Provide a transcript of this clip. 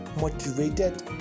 motivated